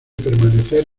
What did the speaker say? permanecer